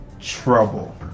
trouble